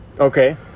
Okay